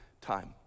time